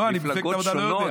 לא, אני במפלגת העבודה לא יודע,